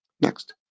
next